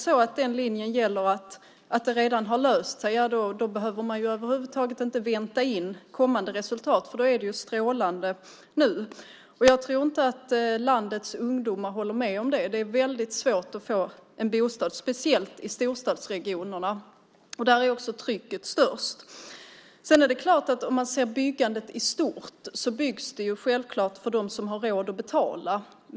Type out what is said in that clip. Gäller linjen att det hela redan har löst sig behöver man ju inte vänta in kommande resultat. I så fall är det ju strålande nu. Jag tror inte att landets ungdomar håller med om det. Det är väldigt svårt att få en bostad, speciellt i storstadsregionerna. Där är också trycket störst. Om vi ser byggandet i stort kan vi konstatera att det byggs för dem som har råd att betala.